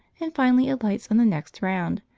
and finally alights on the next round,